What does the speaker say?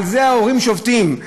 על זה ההורים שובתים.